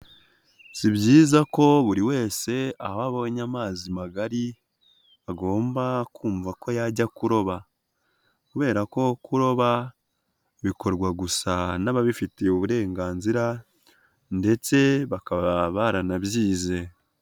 Si byiza ko buri wese aho abonye amazi magari agomba kumva ko yajya kuroba, kubera ko kuroba bikorwa gusa n'ababifitiye uburenganzira ndetse bakaba baranabyize.